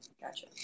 Gotcha